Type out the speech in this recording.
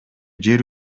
жер